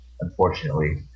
unfortunately